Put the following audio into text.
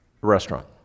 restaurant